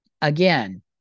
Again